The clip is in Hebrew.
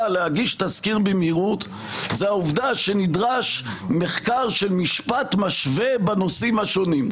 להגיש תזכיר במהירות זו העובדה שנדרש מחקר של משפט משווה בנושאים השונים.